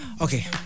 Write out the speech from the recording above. okay